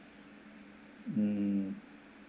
mm